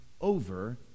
over